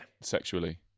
sexually